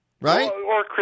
right